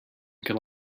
could